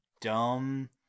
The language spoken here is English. dumb